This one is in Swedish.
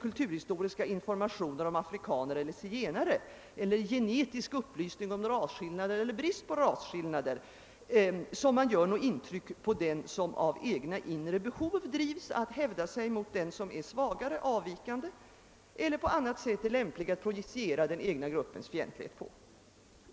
kulturhistoriska informationer om afrikaner och zigenare eller gene tisk upplysning om rasskillnader eller brist på rasskillnader torde göra föga intryck på den som av egna inre behov drivs att hävda sig mot den som är svagare, avvikande eller på annat sätt lämplig att projiciera den egna gruppens fientlighet på.